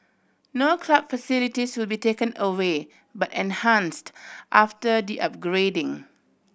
no club facilities will be taken away but enhanced after the upgrading